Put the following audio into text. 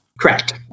Correct